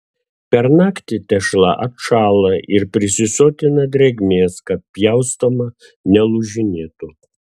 per naktį tešla atšąla ir prisisotina drėgmės kad pjaustoma nelūžinėtų